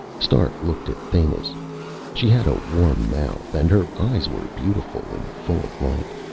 stark looked at thanis. she had a warm mouth, and her eyes were beautiful, and full of light.